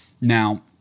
now